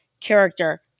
character